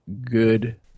good